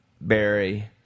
Barry